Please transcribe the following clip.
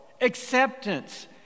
acceptance